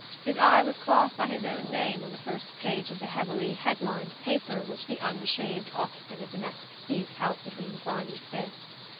his eye was caught by his own name on the first page of the heavily head-lined paper which the unshaved occupant of the next seat held between grimy fists.